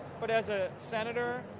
but as a senator,